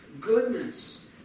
Goodness